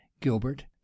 gilbert